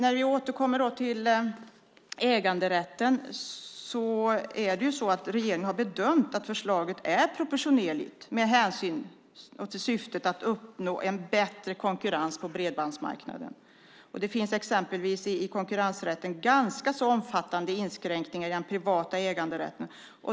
Om jag återkommer till äganderätten har regeringen bedömt att förslaget är proportionerligt, med syftet att uppnå en bättre konkurrens på bredbandsmarknaden. Det finns exempelvis i konkurrensrätten ganska omfattande inskränkningar i den privata äganderätten.